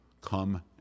come